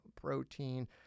protein